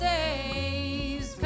days